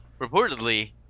Reportedly